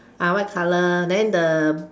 ah white color then the